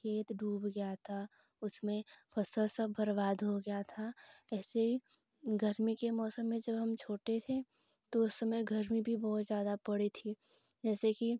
खेत डूब गया था उसमें फसल सब बर्बाद हो गया था ऐसे ही गर्मी के मौसम में जब हम छोटे थे तो उस समय गर्मी भी बहुत ज़्यादा पड़ी थी जैसे कि